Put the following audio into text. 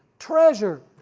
treasure,